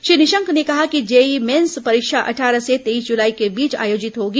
श्री निशंक ने कहा कि जेईई मेन्स परीक्षा अट्ठारह से तेईस जुलाई के बीच आयोजित होगी